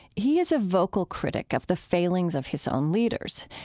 he is a vocal critic of the failings of his own leaders.